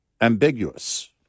ambiguous